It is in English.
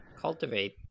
cultivate